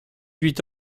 huit